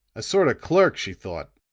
a sort of clerk, she thought.